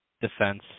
defense